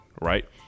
right